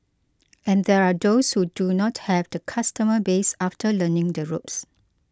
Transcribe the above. and there are those who do not have the customer base after learning the ropes